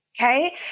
okay